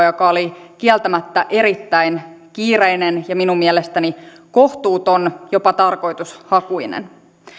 joka oli kieltämättä erittäin kiireinen ja minun mielestäni kohtuuton jopa tarkoitushakuinen